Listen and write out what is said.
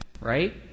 right